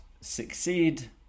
succeed